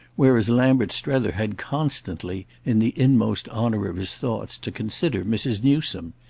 whereas lambert strether had constantly, in the inmost honour of his thoughts, to consider mrs. newsome.